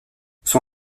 son